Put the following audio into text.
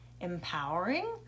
empowering